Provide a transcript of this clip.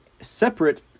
separate